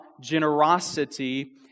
generosity